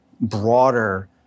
broader